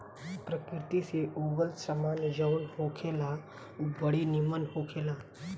प्रकृति से उगल सामान जवन होखेला उ बड़ी निमन होखेला